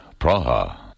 Praha